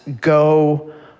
go